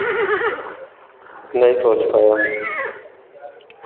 नहीं पहुँच पाया